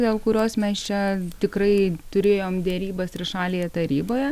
dėl kurios mes čia tikrai turėjom derybas trišalėje taryboje